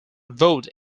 vote